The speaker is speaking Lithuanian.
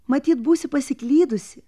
matyt būsi pasiklydusi